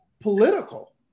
Political